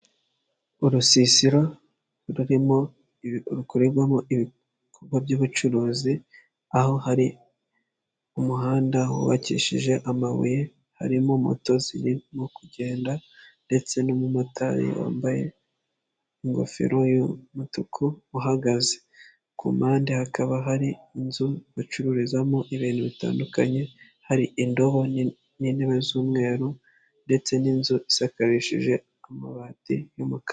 Urusisiro rurimo rukorerwamo ibikorwa by'ubucuruzi aho hari umuhanda wubakishije amabuye harimo moto ziririmo kugenda ndetse n'umumotari wambaye ingofero yumutuku uhagaze ku mpande hakaba hari inzu bacururizamo ibintu bitandukanye hari indobo n'intebe z'umweru ndetse n'inzu isakarishije amabati y'umukara,